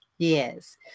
Yes